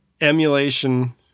emulation